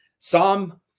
Psalm